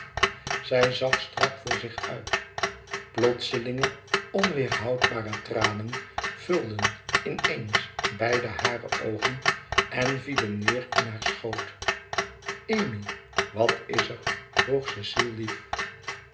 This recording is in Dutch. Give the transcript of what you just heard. zij zag strak voor zich uit plotselinge onweêrhoudbare tranen vulden in eens beide hare oogen en vielen neêr in haar schoot amy wat is er vroeg cecile